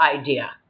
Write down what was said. idea